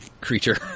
creature